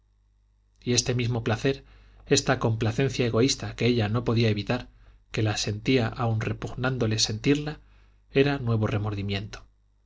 y este mismo placer esta complacencia egoísta que ella no podía evitar que la sentía aun repugnándole sentirla era nuevo remordimiento